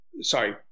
sorry